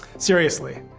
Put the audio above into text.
seriously,